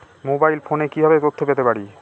Mobile ফোনে কিভাবে তথ্য পেতে পারি?